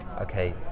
Okay